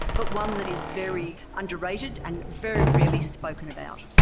but one that is very underrated and very rarely spoken about.